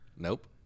Nope